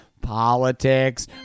politics